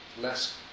less